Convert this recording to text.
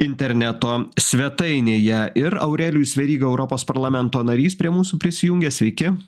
interneto svetainėje ir aurelijus veryga europos parlamento narys prie mūsų prisijungė sveiki